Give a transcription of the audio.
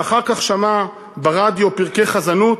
ואחר כך שמע ברדיו פרקי חזנות